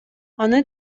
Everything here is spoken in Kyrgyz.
аны